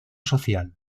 social